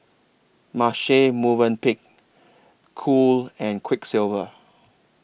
Marche Movenpick Cool and Quiksilver